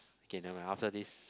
okay nevermind after this